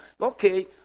Okay